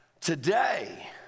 today